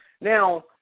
Now